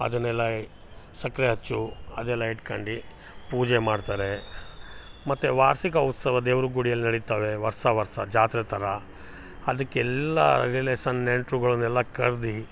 ಅದನ್ನೆಲ್ಲ ಸಕ್ಕರೆ ಅಚ್ಚು ಅದೆಲ್ಲ ಇಟ್ಕಂಡು ಪೂಜೆ ಮಾಡ್ತಾರೆ ಮತ್ತು ವಾರ್ಷಿಕ ಉತ್ಸವ ದೇವ್ರ ಗುಡಿಯಲ್ಲಿ ನಡಿತವೆ ವರ್ಷ ವರ್ಷ ಜಾತ್ರೆ ಥರ ಅದಕ್ಕೆಲ್ಲ ರಿಲೇಸನ್ ನೆಂಟ್ರುಗುಳನ್ನೆಲ್ಲ ಕರ್ದು